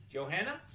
Johanna